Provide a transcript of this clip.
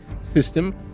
system